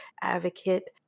advocate